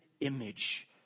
image